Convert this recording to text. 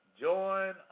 join